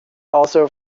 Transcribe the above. also